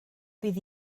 bydd